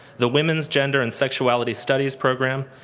the women's, gender, and sexuality studies program,